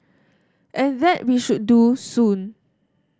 and that we should do soon